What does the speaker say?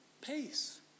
peace